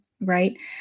right